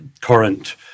current